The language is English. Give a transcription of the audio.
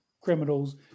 criminals